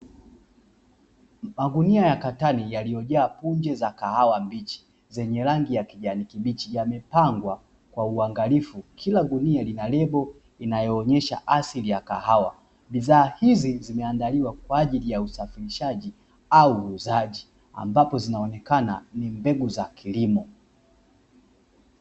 Magunia ya katani yaliyojaa punje za kahawa mbichi zenye rangi ya kijani kibichi yamepangwa kwa uangalifu. Kila gunia lina lebo inayoonyesha “ASILI YA KAHAWA”. Bidhaa hizi zimeandaliwa kwaajili ya usafirishaji au uuzaji ambapo zinaonekana ni mbege za kilimo.